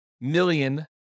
million